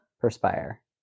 Perspire